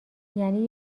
یعنی